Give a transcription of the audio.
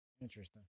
Interesting